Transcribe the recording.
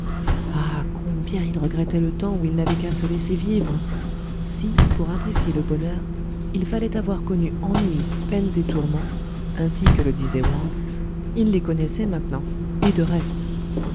combien il regrettait le temps où il n'avait qu'à se laisser vivre si pour apprécier le bonheur il fallait avoir connu ennuis peines et tourments ainsi que le disait wang il les connaissait maintenant et de reste